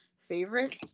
favorite